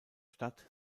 stadt